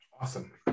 Awesome